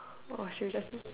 or should we just eat